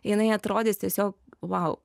jinai atrodys tiesiog wow